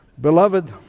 Beloved